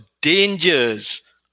dangers